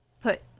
put